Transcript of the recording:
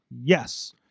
yes